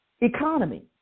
economy